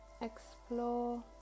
explore